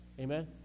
Amen